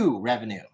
revenue